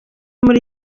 muri